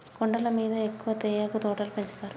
కొండల మీద ఎక్కువ తేయాకు తోటలు పెంచుతారు